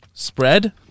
Spread